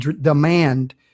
demand